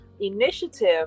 initiative